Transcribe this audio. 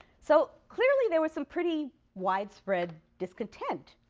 so clearly there was some pretty widespread discontent,